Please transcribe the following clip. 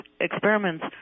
experiments